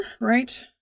right